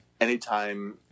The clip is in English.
anytime